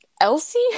Elsie